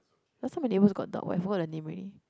last time my neighbours got dog but I forgot the name already